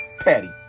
Patty